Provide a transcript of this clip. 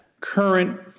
current